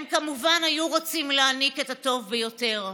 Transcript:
הם כמובן היו רוצים להעניק את הטוב ביותר,